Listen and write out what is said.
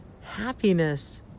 happiness